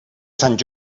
sant